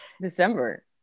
December